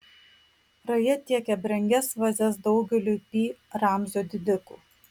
raja tiekė brangias vazas daugeliui pi ramzio didikų